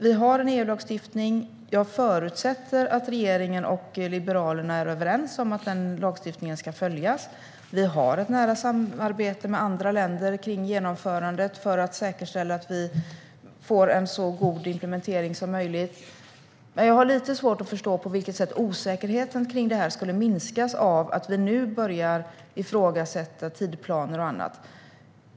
Vi har en EUlagstiftning, och jag förutsätter att regeringen och Liberalerna är överens om att den lagstiftningen ska följas. Vi har ett nära samarbete med andra länder kring genomförandet för att säkerställa att vi får en så god implementering som möjligt. Jag har lite svårt att förstå på vilket sätt osäkerheten kring det här skulle minskas av att vi nu börjar ifrågasätta tidsplaner och annat.